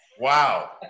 Wow